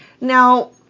Now